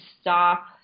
stop